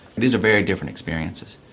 these are very different experiences.